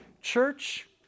church